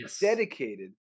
dedicated